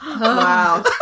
Wow